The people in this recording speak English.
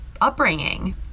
upbringing